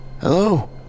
Hello